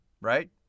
Right